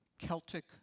Celtic